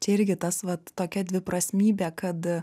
čia irgi tas vat tokia dviprasmybė kad